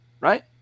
right